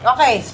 Okay